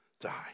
die